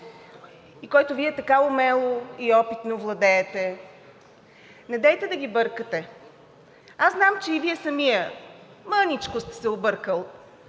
и който Вие така умело и опитно владеете. Недейте да ги бъркате! Аз знам, че и Вие самият мъничко сте се объркали